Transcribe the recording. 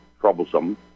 troublesome